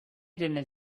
didn’t